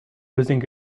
using